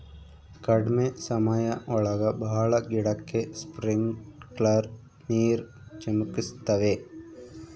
ಕಡ್ಮೆ ಸಮಯ ಒಳಗ ಭಾಳ ಗಿಡಕ್ಕೆ ಸ್ಪ್ರಿಂಕ್ಲರ್ ನೀರ್ ಚಿಮುಕಿಸ್ತವೆ